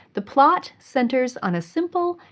the plot centers on a simple,